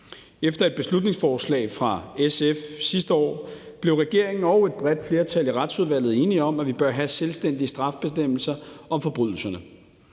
Efter et beslutningsforslag fra SF sidste år blev regeringen og et bredt flertal i Retsudvalget enige om, at vi bør have selvstændige straffebestemmelser om forbrydelserne.